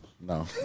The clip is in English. No